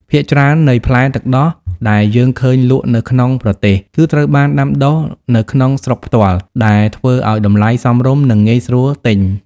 ភាគច្រើននៃផ្លែទឹកដោះដែលយើងឃើញលក់នៅក្នុងប្រទេស គឺត្រូវបានដាំដុះនៅក្នុងស្រុកផ្ទាល់ ដែលធ្វើឲ្យតម្លៃសមរម្យ និងងាយស្រួលទិញ។